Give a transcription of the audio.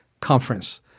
conference